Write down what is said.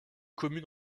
commune